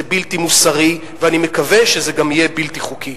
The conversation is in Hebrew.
זה בלתי מוסרי, ואני מקווה שזה גם יהיה בלתי חוקי.